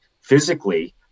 physically